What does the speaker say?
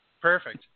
perfect